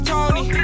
Tony